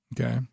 Okay